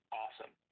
awesome